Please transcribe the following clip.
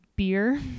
beer